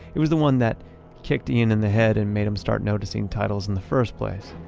it was the one that kicked ian in the head and made him start noticing titles in the first place.